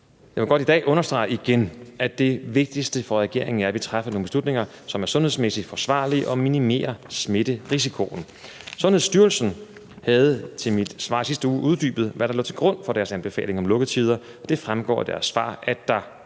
Jeg vil godt i dag understrege igen, at det vigtigste for regeringen er, at vi træffer nogle beslutninger, som sundhedsmæssigt er forsvarlige, og som minimerer smitterisikoen. Sundhedsstyrelsen havde til mit svar i sidste uge uddybet, hvad der lå til grund for deres anbefalinger om lukketider, og det fremgår af deres svar, at der